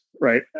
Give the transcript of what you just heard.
right